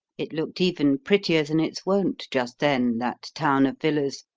it looked even prettier than its wont just then, that town of villas,